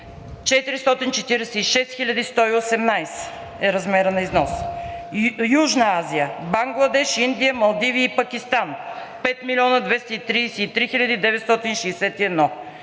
118 лв. е размерът на износа. Южна Азия, Бангладеш, Индия, Малдиви и Пакистан – 5 млн. 233 хил.